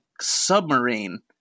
submarine